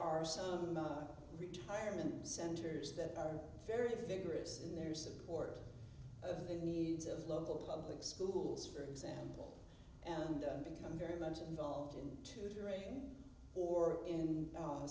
of retirement centers that are very vigorous in their support of the needs of local public schools for example and become very much involved in tutoring or in